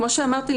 כמו שאמרתי,